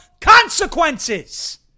consequences